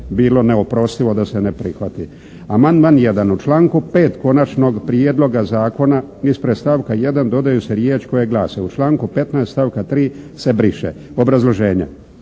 bilo neoprostivo da se ne prihvati. Amandman 1. u članku 5. Konačnog prijedloga zakona ispred stavka 1. dodaju se riječ koje glase: “U članku 15. stavka 3. se briše“. Obrazloženje.